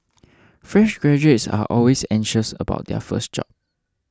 fresh graduates are always anxious about their first job